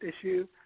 issue